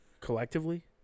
Collectively